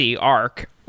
ARC